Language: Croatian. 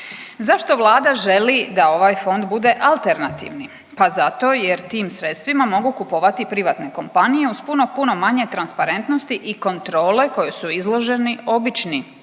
Zašto Vlada želi da ovaj fond bude alternativni? Pa zato jer tim sredstvima mogu kupovati privatne kompanije uz puno, puno manje transparentnosti i kontrole kojoj su izloženi obični